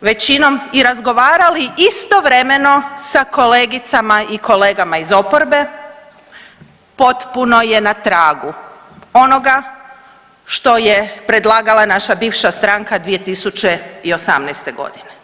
većinom i razgovarali istovremeno sa kolegicama i kolegama iz oporbe potpuno je na tragu onoga što je predlagala naša bivša stranka 2018. godine.